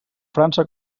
frança